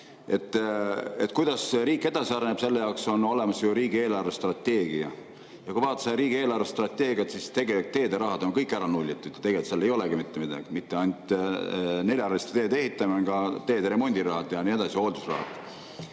Kuidas riik edasi areneb, selle jaoks on ju olemas riigi eelarvestrateegia. Ja kui vaadata seda riigi eelarvestrateegiat, siis tegelikult teederahad on kõik ära nullitud. Tegelikult seal ei olegi mitte midagi: mitte ainult neljarajaliste teede ehitamine, ka teede remondi rahad ja nii edasi, hooldusraha.